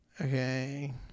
okay